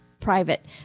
private